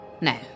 No